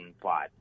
plot